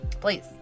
please